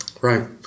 Right